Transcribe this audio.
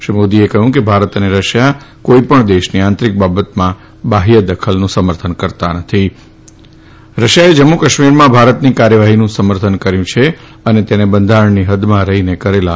શ્રી મોદીએ કહ્યું કે ભારત અને રશિયા કોઈપણ દેશની આંતરિક બાબતમાં બાહ્ય દખલનું સમર્થન કરતા નથીકાશ્મીરમાં ભારતની કાર્યવાહીનું સમર્થન કર્યું છે અને તેને બંધારણની હદમાં રહીને રશિયાએ જમ્મુ